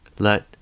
let